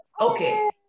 okay